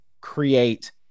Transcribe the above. create